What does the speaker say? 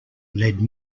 led